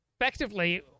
effectively